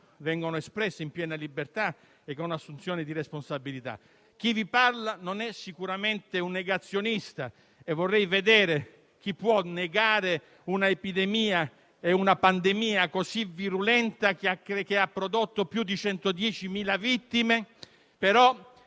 vengono espresse in piena libertà e con assunzione di responsabilità. Chi vi parla non è sicuramente un negazionista: e vorrei vedere chi può negare una pandemia così virulenta, che ha prodotto più di 110.000 vittime!